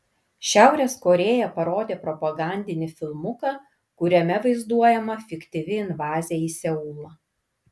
šiaurės korėja parodė propagandinį filmuką kuriame vaizduojama fiktyvi invazija į seulą